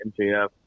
MJF